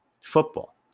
football